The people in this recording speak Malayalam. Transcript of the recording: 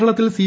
കേരളത്തിൽ സി